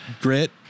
grit